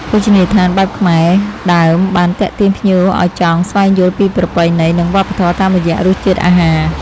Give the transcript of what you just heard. ភោជនីយដ្ឋានបែបខ្មែរដើមបានទាក់ទាញភ្ញៀវឱ្យចង់ស្វែងយល់ពីប្រពៃណី និងវប្បធម៌តាមរយៈរសជាតិអាហារ។